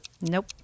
Nope